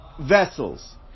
vessels